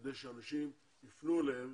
כדי שאנשים יפנו אליהם